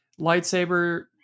lightsaber